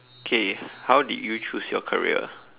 K how did you choose your career